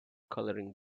coloring